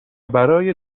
برای